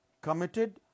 committed